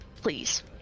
Please